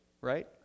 right